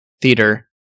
Theater